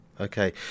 Okay